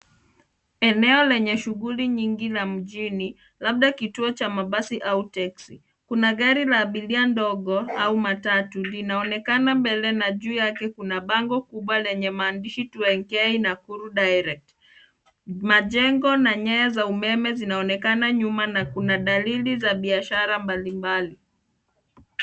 Eneo lenye shughuli nyingi la mjini, labda kituo cha mabasi au teksi. Kuna gari la abiria ndogo au matatu, linaloonekana mbele na juu yake kuna bango kubwa lenye maandishi 2NK Nakuru Direct. Majengo na nyaya za umeme zinaonekana nyuma na kuna dalili za biashara mbalimbali.